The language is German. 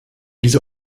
dieser